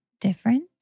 different